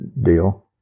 deal